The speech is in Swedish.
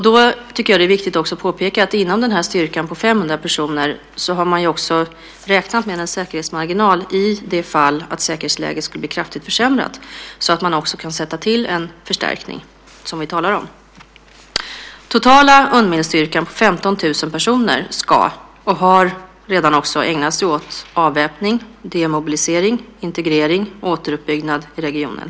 Då är det viktigt att påpeka att man också före denna styrka på 500 personer hade räknat med en säkerhetsmarginal i det fall säkerhetsläget skulle bli kraftigt försämrat för att också kunna sätta in den förstärkning vi talar om. Den totala Unmilstyrkan på 15 000 personer ska ägna sig åt, och har också redan ägnat sig åt, avväpning, demobilisering, integrering och återuppbyggnad i regionen.